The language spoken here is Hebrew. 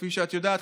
כפי שאת יודעת,